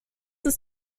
ist